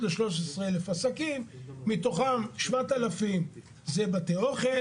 רב עיר או רב מקומי למחוק את המילים 'המכהן במועצה דתית מוסמכת'